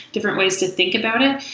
different ways to think about it.